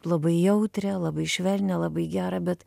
labai jautrią labai švelnią labai gerą bet